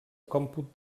còmput